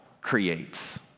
creates